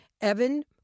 Evan